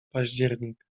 październik